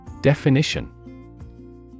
Definition